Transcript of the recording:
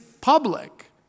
public